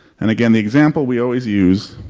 and again the example we always use,